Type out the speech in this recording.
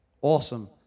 Awesome